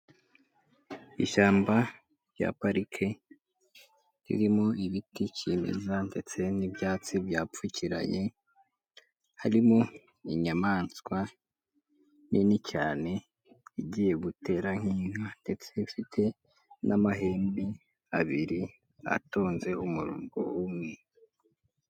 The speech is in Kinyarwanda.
Ishyamba rya parike ririmo ibiti kimeza ndetse n'ibyatsi byapfukiranye, harimo inyamaswa nini cyane igiye gutera nk'inka ndetse ifite n'amahembe abiri atonze umurongo umwe.